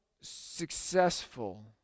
successful